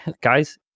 guys